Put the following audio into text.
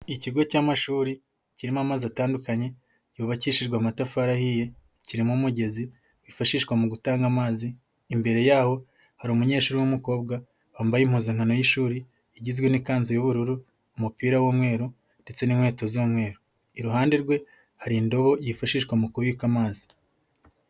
Ikigo cy'amashuri kirimo amazu atandukanye yubakishijwe amatafari ahiye, kirimo umugezi wifashishwa mu gutanga amazi. Imbere yaho hari umunyeshuri w'umukobwa wambaye impuzankano y'ishuri igizwe n'ikanzu y'ubururu, umupira w'umweru ndetse n'inkweto z'umweru, iruhande rwe hari indobo yifashishwa mu kubika amazi.